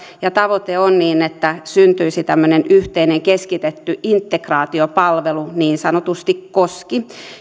ja tavoite on että syntyisi tämmöinen yhteinen keskitetty integraatiopalvelu niin sanotusti koski